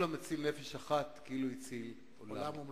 "כל המציל נפש אחת כאילו הציל עולם מלא".